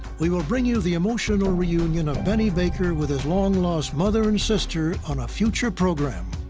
we will bring you the emotional reunion of benny baker with his long-lost mother and sister on a future program.